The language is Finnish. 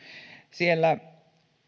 siellä